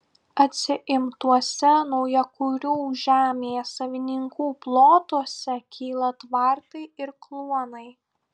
atsiimtuose naujakurių žemės savininkų plotuose kyla tvartai ir kluonai